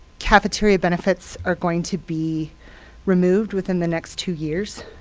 cafeteria benefits are going to be removed within the next two years.